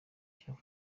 afurika